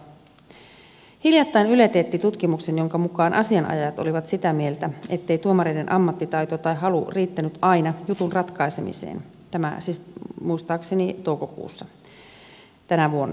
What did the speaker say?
hiljattain yle teetti tutkimuksen jonka mukaan asianajajat olivat sitä mieltä ettei tuomareiden ammattitaito tai halu riittänyt aina jutun ratkaisemiseen tämä siis muistaakseni toukokuussa tänä vuonna